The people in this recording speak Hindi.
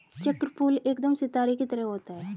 चक्रफूल एकदम सितारे की तरह होता है